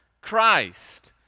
Christ